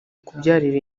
kubyarira